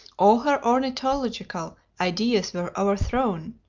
all her ornithological ideas were overthrown.